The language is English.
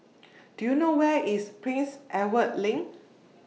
Do YOU know Where IS Prince Edward LINK